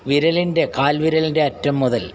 വിരലിൻ്റെ കാൽ വിരലിൻ്റെ അറ്റം മുതൽ